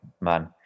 man